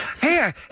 Hey